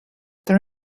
there